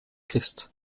christ